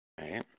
right